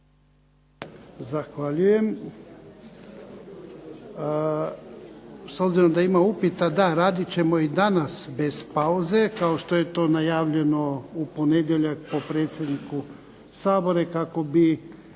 Zahvaljujem. S obzirom da ima upita, da, radit ćemo i danas bez pauze kao što je to najavljeno u ponedjeljak po predsjedniku Sabora, kako bi